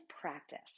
practice